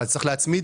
אז, צריך להצמיד